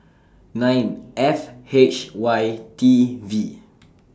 nine F H Y T V